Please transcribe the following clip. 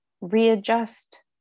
readjust